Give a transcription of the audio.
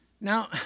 Now